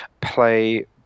play